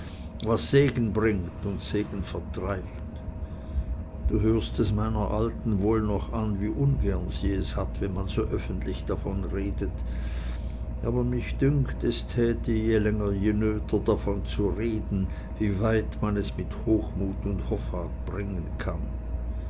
was segen bringt und segen vertreibt du hörst es meiner alten wohl noch an wie ungern sie es hat wenn man so öffentlich davon redet aber mich dünkt es täte je länger je nöter davon zu reden wie weit man es mit hochmut und hoffart bringen kann